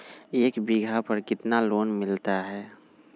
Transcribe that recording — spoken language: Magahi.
एक बीघा पर कितना लोन मिलता है?